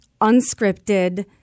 unscripted